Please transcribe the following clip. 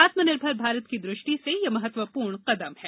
आत्मनिर्भर भारत की दृष्टि से यह महत्वपूर्ण कदम है